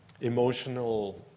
emotional